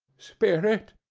spirit,